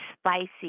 spicy